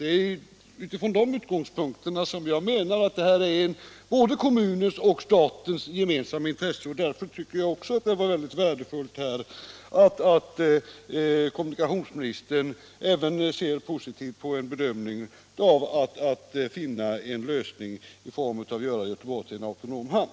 Det är från de utgångspunkterna jag menar att detta är kommunens och statens gemensamma intresse, och därför tycker jag också att det är väldigt värdefullt att kommunikationsministern ser positivt på tanken att finna en lösning i form av att göra Göteborg till en autonom hamn.